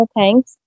Thanks